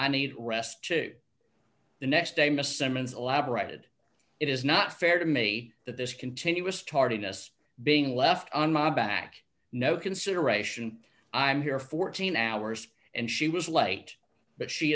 i need rest to the next day miss symons elaborated it is not fair to me that this continuous tardiness being left on my back no consideration i'm here fourteen hours and she was late but she